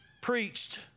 preached